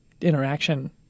interaction